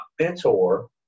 mentor